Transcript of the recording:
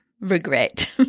regret